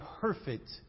perfect